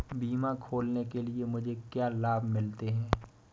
बीमा खोलने के लिए मुझे क्या लाभ मिलते हैं?